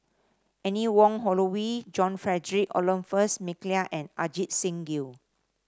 Anne Wong Holloway John Frederick Adolphus McNair and Ajit Singh Gill